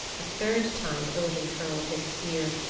a third time odin hurled his spear.